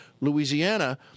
Louisiana